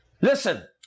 Listen